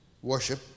Worship